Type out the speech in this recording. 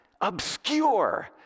obscure